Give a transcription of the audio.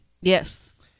Yes